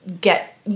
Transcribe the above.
get